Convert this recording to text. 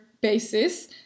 basis